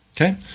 Okay